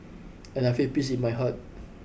and I feel peace in my heart